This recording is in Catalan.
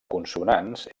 consonants